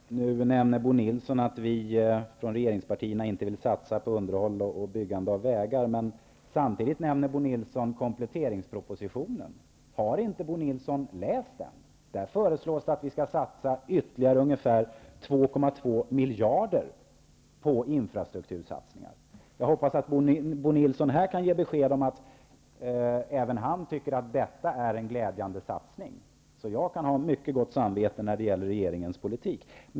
Herr talman! Nu nämner Bo Nilsson att vi från regeringspartierna inte vill satsa på underhåll och byggande av vägar. Samtidigt nämner Bo Nilsson kompletteringspropositionen. Har inte Bo Nilsson läst den? Där föreslås det att vi skall satsa ytterligare ungefär 2,2 miljarder på infrastrukturen. Jag hoppas att Bo Nilsson här kan ge besked om att även han tycker att detta är en glädjande satsning. Jag kan ha mycket gott samvete när det gäller regeringens politik.